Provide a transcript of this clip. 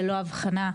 ללא הבחנה,